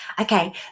Okay